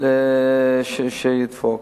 כדי שהדברים ידפקו.